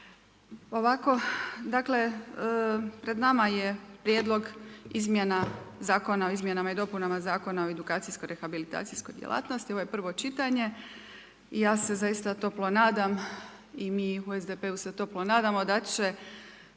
Ovako, dakle, pred nama je prijedlog izmjena, Zakona o izmjenama i dopunama Zakona o edukacijsko rehabilitacijskoj djelatnosti, ovo je prvo čitanje i ja se zaista toplo nadam i mi u SDP-u se toplo nadamo da će